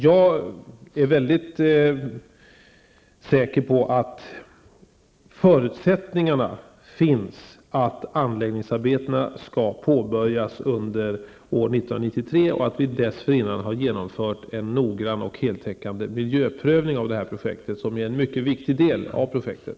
Jag är väldigt säker på att förutsättningarna finns för att anläggningsarbetena skall kunna påbörjas under år 1993 och att vi dessförinnan har genomfört en noggrann och heltäckande miljöprövning av detta projekt, något som är en mycket viktig del av projektet.